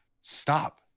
stop